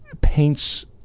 paints